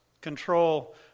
control